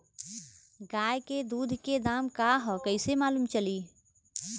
गाय के दूध के दाम का ह कइसे मालूम चली?